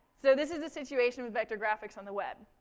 so this is the situation with vector graphics on the web.